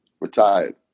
retired